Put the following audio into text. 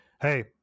hey